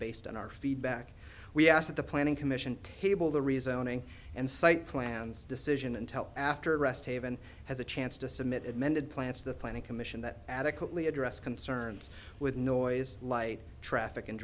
based on our feedback we asked at the planning commission table the rezoning and site plans decision until after rest haven has a chance to submit it mended plants the planning commission that adequately address concerns with noise light traffic and